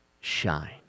shine